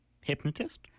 Hypnotist